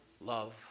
love